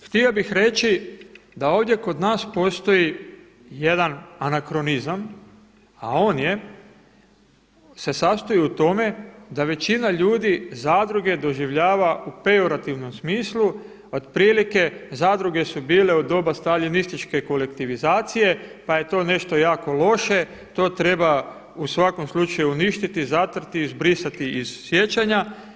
Također htio bih reći da ovdje kod nas postoji jedan anakronizam a on se sastoji u tome da većina ljudi zadruge doživljava u pejorativnom smislu, otprilike zadruge su bile u doba staljinističke kolektivizacije pa je to nešto jako loše, to treba u svakom slučaju uništiti, zatrti, izbrisati iz sjećanja.